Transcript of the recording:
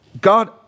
God